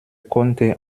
konnte